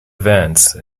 events